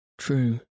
True